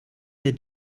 der